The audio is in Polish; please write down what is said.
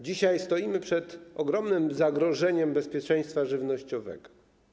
Dzisiaj stoimy przez ogromnym zagrożeniem bezpieczeństwa żywnościowego.